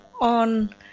on